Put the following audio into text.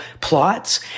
plots